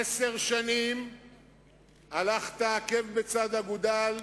עשר שנים הלכת עקב בצד אגודל,